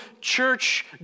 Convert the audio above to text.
church